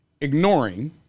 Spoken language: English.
ignoring